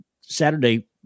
Saturday